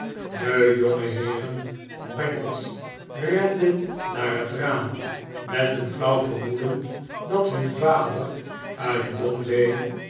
de jongeheeren bangles renden naar het raam met een flauw vermoeden dat hun vader uit bombay